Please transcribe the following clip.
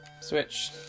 Switch